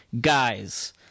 guys